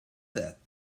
that